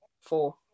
Four